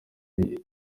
kandi